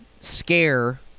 scare